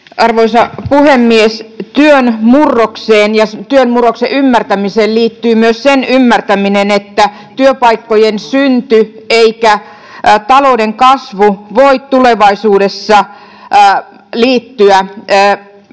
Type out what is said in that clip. Arvoisa puhemies! Työn murrokseen ja työn murroksen ymmärtämiseen liittyy myös sen ymmärtäminen, että ei työpaikkojen synty eikä talouden kasvu voi tulevaisuudessa liittyä